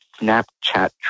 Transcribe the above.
Snapchat